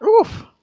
Oof